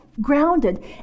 grounded